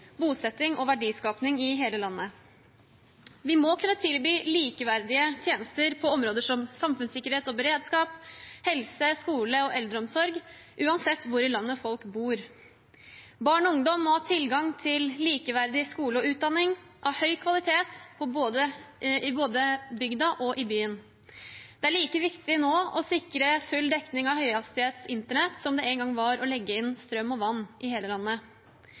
bosetting og verdiskaping i hele landet. Vi må kunne tilby likeverdige tjenester på områder som samfunnssikkerhet og beredskap, helse, skole og eldreomsorg, uansett hvor i landet folk bor. Barn og ungdom må ha tilgang til likeverdig skole og utdanning av høy kvalitet både på bygda og i byen. Det er like viktig å sikre full dekning av høyhastighets internett nå som det en gang var å legge inn strøm og vann i hele landet.